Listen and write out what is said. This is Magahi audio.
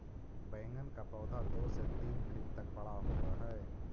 बैंगन का पौधा दो से तीन फीट तक बड़ा होव हई